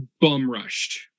bum-rushed